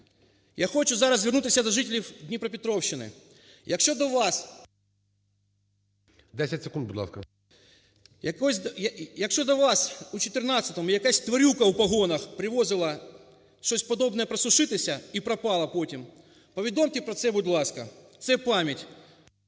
Я хочу зараз звернутися до жителів Дніпропетровщини. Якщо до вас… ГОЛОВУЮЧИЙ. 10 секунд, будь ласка. СЕМЕНЧЕНКО С.І. Якщо до вас у 2014-у якасьтварюка у погонах привозила щось подобне просушитися і пропала потім, повідомте про це, будь ласка. Це пам'ять…